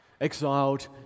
Exiled